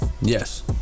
Yes